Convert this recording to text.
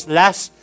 last